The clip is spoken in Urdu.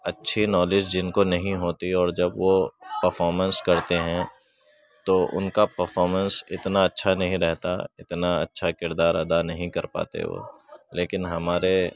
اچھی نالج جن کو نہیں ہوتی اور جب وہ پرفارمنس کرتے ہیں تو ان کا پرفارمنس اتنا اچھا نہیں رہتا اتنا اچھا کردار ادا نہیں کر پاتے وہ لیکن ہمارے